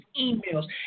emails